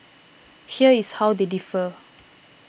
here is how they differ